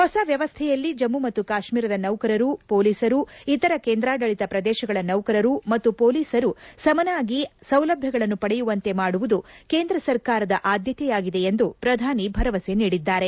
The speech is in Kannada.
ಹೊಸ ವ್ಯವಸ್ಥೆಯಲ್ಲಿ ಜಮ್ಮು ಮತ್ತು ಕಾಶ್ಮೀರದ ನೌಕರರು ಪೊಲೀಸರು ಇತರ ಕೇಂದ್ರಾದಳಿತ ಪ್ರದೇಶಗಳ ನೌಕರರು ಮತ್ತು ಪೊಲೀಸರ ಸಮನಾಗಿ ಸಮಾನ ಸೌಲಭ್ಯಗಳನ್ನು ಪಡೆಯುವಂತೆ ಮಾಡುವುದು ಕೇಂದ್ರ ಸರ್ಕಾರದ ಆದ್ಯತೆಯಾಗಿದೆ ಎಂದು ಪ್ರಧಾನಿ ಭರವಸೆ ನೀಡಿದ್ದಾರೆ